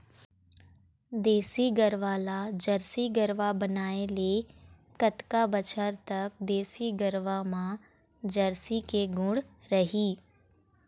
देसी गरवा ला जरसी गरवा बनाए ले कतका बछर तक देसी गरवा मा जरसी के गुण रही?